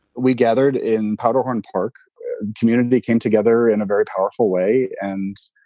we gathered in powderhorn park. the community came together in a very powerful way and